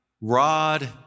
rod